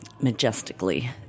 majestically